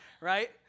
right